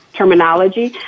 terminology